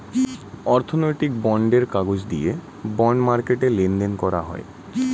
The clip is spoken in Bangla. অর্থনৈতিক বন্ডের কাগজ দিয়ে বন্ড মার্কেটে লেনদেন করা হয়